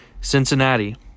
Cincinnati